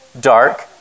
dark